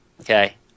Okay